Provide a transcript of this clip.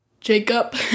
jacob